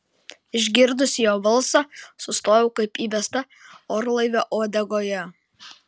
išgirdusi jo balsą sustojau kaip įbesta orlaivio uodegoje